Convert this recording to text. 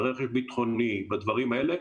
ורכש ביטחוני בדברים האלה,